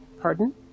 Pardon